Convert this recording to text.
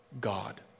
God